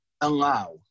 allow